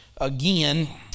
again